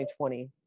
2020